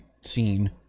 scene